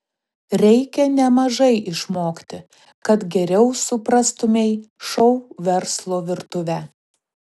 reikia nemažai išmokti kad geriau suprastumei šou verslo virtuvę